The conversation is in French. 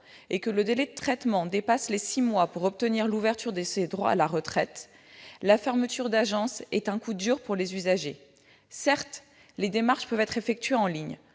et que le délai de traitement dépasse les six mois pour obtenir l'ouverture de ses droits à la retraite, la fermeture d'agence est un coup dur pour les usagers. Certes, les démarches peuvent être effectuées en ligne.